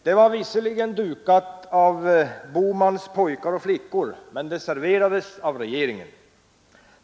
Det var visserligen dukat av Bohmans pojkar och flickor, men det serverades av regeringen.